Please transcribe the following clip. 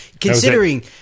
considering